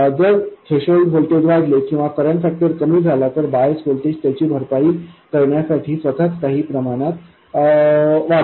जर threshold voltage वाढले किंवा करंट फॅक्टर कमी झाला तर बायस व्होल्टेज त्याची भरपाई करण्यासाठी स्वतःच काही प्रमाणात वाढते